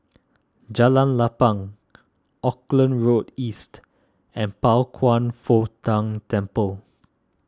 Jalan Lapang Auckland Road East and Pao Kwan Foh Tang Temple